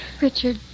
Richard